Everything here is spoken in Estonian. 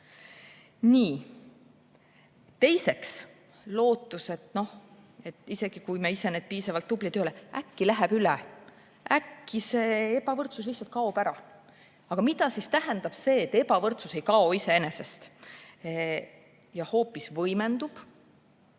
Nii. Teiseks, lootus, et isegi kui me ise piisavalt tublid ei ole, siis äkki läheb üle, äkki see ebavõrdsus lihtsalt kaob ära. Aga mida siis tähendab see, et ebavõrdsus ei kao iseenesest ja hoopis võimendub?